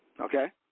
Okay